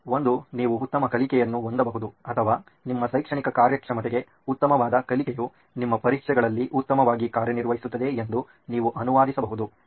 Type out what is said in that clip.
ಒಂದೋ ನೀವು ಉತ್ತಮ ಕಲಿಕೆಯನ್ನು ಹೊಂದಬಹುದು ಅಥವಾ ನಿಮ್ಮ ಶೈಕ್ಷಣಿಕ ಕಾರ್ಯಕ್ಷಮತೆಗೆ ಉತ್ತಮವಾದ ಕಲಿಕೆಯು ನಿಮ್ಮ ಪರೀಕ್ಷೆಗಳಲ್ಲಿ ಉತ್ತಮವಾಗಿ ಕಾರ್ಯನಿರ್ವಹಿಸುತ್ತಿದೆ ಎಂದು ನೀವು ಅನುವಾದಿಸಬಹುದು